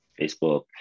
Facebook